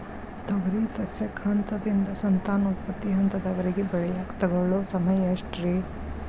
ತೊಗರಿ ಸಸ್ಯಕ ಹಂತದಿಂದ, ಸಂತಾನೋತ್ಪತ್ತಿ ಹಂತದವರೆಗ ಬೆಳೆಯಾಕ ತಗೊಳ್ಳೋ ಸಮಯ ಎಷ್ಟರೇ?